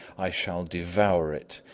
i shall devour it,